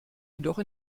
jedoch